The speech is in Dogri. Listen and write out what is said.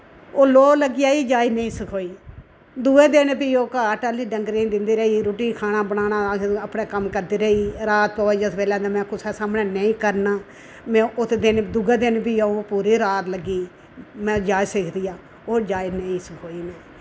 लो लग्गी आयी जांच नेईं सखोई दुए दिन फ्ही ओह् घाऽ डंगरे दिन्दी रेई रुट्टी खाना बनाना अपना कम्म करदी रेई रात पोये जिस वेल्लै में कुसे दे सामने नेईं करना में उस दिन फ्ही दुए दिन फ्ही ओह् रात लग्गी में जांच सिखदी ओह् जांच नेईं सखोई